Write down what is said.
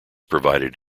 provided